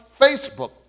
Facebook